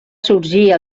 sorgir